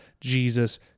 Jesus